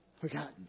Forgotten